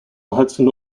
hudson